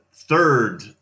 Third